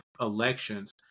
elections